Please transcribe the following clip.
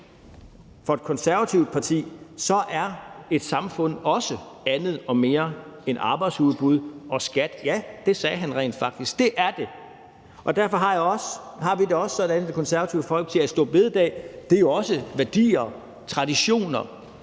for et konservativt parti er et samfund også andet og mere end arbejdsudbud og skat. Ja, det sagde han rent faktisk; det er det. Og derfor har vi det også sådan i Det Konservative Folkeparti, at store bededag også er værdier og traditioner.